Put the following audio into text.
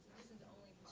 this and we've